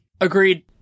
Agreed